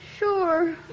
Sure